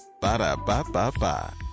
Ba-da-ba-ba-ba